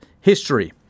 history